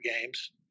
games